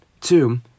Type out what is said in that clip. Two